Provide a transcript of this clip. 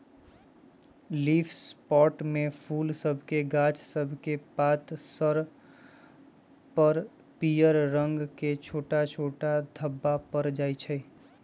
leaf spot में फूल सभके गाछ सभकेक पात सभ पर पियर रंग के छोट छोट ढाब्बा परै लगइ छै